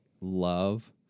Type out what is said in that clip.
love